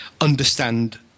understand